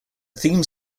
theme